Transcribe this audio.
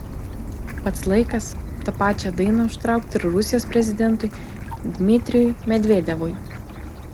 pats laikas tą pačią dainą užtraukti ir rusijos prezidentui dmitrijui medvedevui